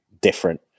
different